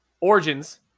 Origins